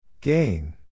Gain